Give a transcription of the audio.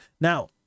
Now